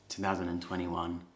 2021